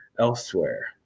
elsewhere